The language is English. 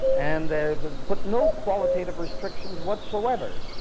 and they've put no qualitative restrictions whatsoever.